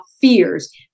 fears